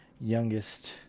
youngest